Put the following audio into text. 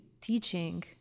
teaching